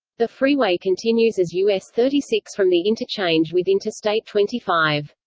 the freeway continues as us thirty six from the interchange with interstate twenty five.